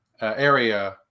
area